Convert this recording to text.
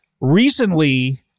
recently